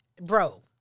bro